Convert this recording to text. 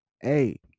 Hey